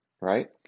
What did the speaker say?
right